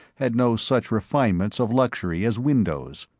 had no such refinements of luxury as windows.